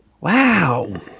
Wow